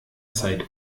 zeit